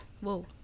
whoa